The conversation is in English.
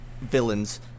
villains